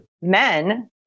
men